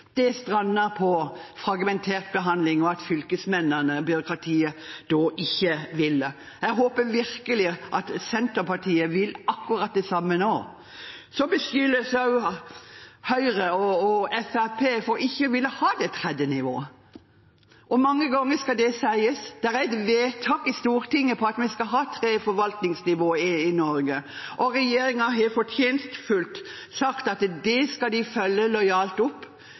Det strandet på fragmentert behandling og at fylkesmennene og byråkratiet da ikke ville. Jeg håper virkelig at Senterpartiet vil akkurat det samme nå. Høyre og Fremskrittspartiet beskyldes også for ikke å ville ha det tredje nivået. Hvor mange ganger skal det sies? Det er et vedtak i Stortinget på at vi skal ha tre forvaltningsnivå i Norge, og regjeringen har fortjenestefullt sagt at det skal de følge lojalt opp,